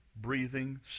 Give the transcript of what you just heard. breathing